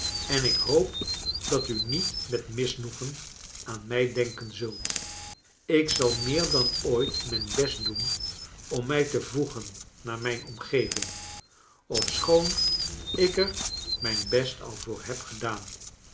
en ik hoop dat u niet met misnoegen aan mij denken zult ik zal meer dan ooit mijn best doen om mij te voegen naar mijn omgeving ofschoon ik er mijn best al voor heb gedaan